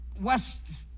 west